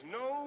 no